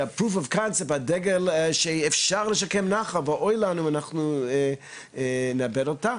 הוכחת הדגל לכך שאפשר לשקם נחל ואוי לנו אם אנחנו נאבד את זה.